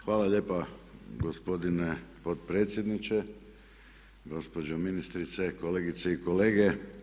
Hvala lijepa gospodine potpredsjedniče, gospođo ministrice, kolegice i kolege.